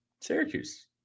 Syracuse